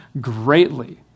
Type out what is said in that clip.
Greatly